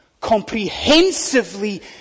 comprehensively